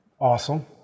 Awesome